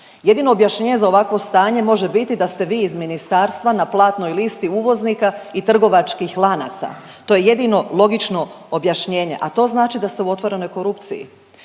jedino objašnjenje za ovakvo stanje može biti da ste vi iz ministarstva na platnoj listi uvoznika i trgovačkih lanaca to je jedino logično objašnjenje, a to znači da ste u otvorenoj korupciji.